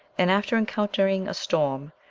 and after encountering a storm,